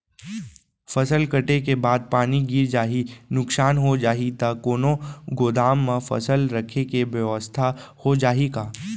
फसल कटे के बाद पानी गिर जाही, नुकसान हो जाही त कोनो गोदाम म फसल रखे के बेवस्था हो जाही का?